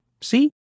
See